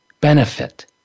benefit